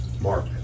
mark